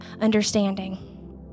understanding